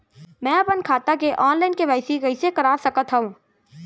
मैं अपन खाता के ऑनलाइन के.वाई.सी कइसे करा सकत हव?